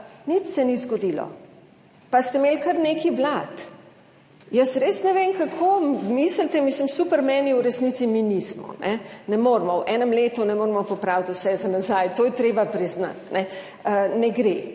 nič se ni zgodilo, pa ste imeli kar nekaj vlad. Jaz res ne vem kako mislite, mislim super, meni v resnici mi nismo, ne moremo, v enem letu ne moremo popraviti vse za nazaj, to je treba priznati, ne gre.